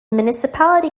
municipality